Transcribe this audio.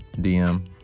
DM